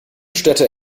städte